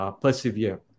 persevere